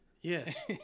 Yes